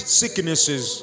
sicknesses